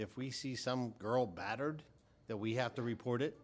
if we see some girl battered that we have to report it